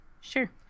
Sure